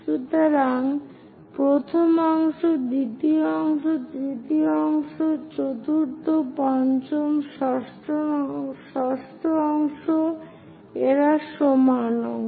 সুতরাং প্রথম অংশ দ্বিতীয় অংশ তৃতীয় অংশ চতুর্থ পঞ্চম ষষ্ঠ অংশ এরা সমান অংশ